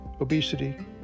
obesity